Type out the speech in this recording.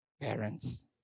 parents